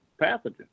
pathogen